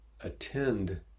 attend